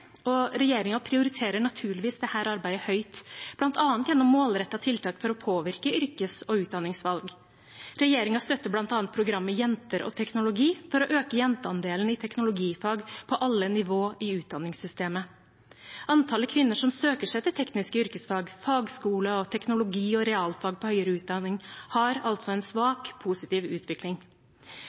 og regjeringen prioriterer naturligvis dette arbeidet høyt, bl.a. gjennom målrettede tiltak for å påvirke yrkes- og utdanningsvalg. Regjeringen støtter bl.a. programmet «Jenter og teknologi» for å øke jenteandelen i teknologifag på alle nivåer i utdanningssystemet. Antallet kvinner som søker seg til tekniske yrkesfag, fagskole og teknologi- og realfag i høyere utdanning, har altså en svak positiv utvikling.